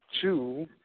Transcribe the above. two